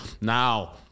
Now